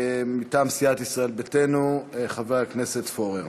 מטעם סיעת ישראל ביתנו, חבר הכנסת פורר.